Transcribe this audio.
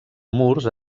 murs